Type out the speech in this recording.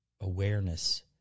awareness